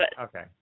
okay